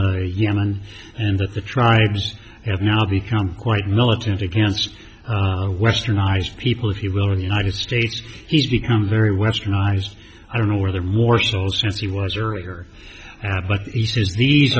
from yemen and that the tribes have now become quite militant against westernized people if you will in united states he's become very westernized i don't know where they're morsels since he was earlier have but he says these